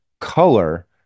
color